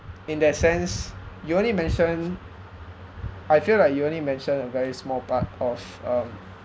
in that sense you only mention I feel like you only mentioned a very small part of um